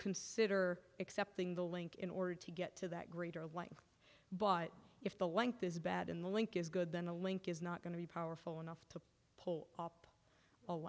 consider accepting the link in order to get to that greater length but if the length is bad and the link is good then the link is not going to be powerful enough to pull up